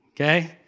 okay